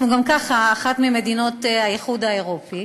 גם ככה אחת ממדינות האיחוד האירופי,